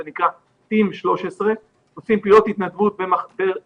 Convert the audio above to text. זה נקרא Team 13"". עושים פעילות התנדבות ברווחה,